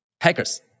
hackers